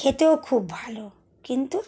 খেতেও খুব ভালো কিন্তু